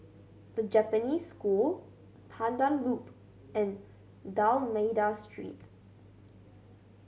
The Japanese School Pandan Loop and D'Almeida Street